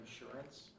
insurance